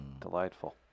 delightful